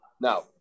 Now